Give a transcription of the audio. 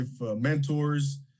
mentors